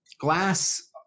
glass